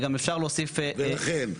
ולכן.